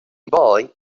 boy